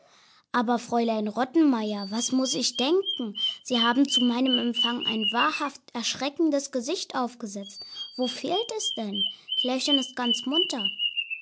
aber fräulein rottenmeier was muss ich denken sie haben zu meinem empfang ein wahrhaft erschreckendes gesicht aufgesetzt wo fehlt es denn klärchen ist ganz munter